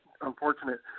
unfortunate